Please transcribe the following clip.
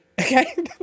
Okay